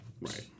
Right